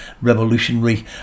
revolutionary